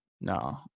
no